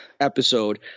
episode